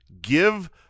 give